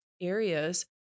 areas